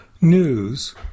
News